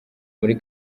muri